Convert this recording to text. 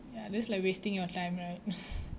ya that's like wasting your time right